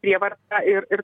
prievarta ir ir